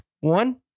one